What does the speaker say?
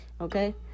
okay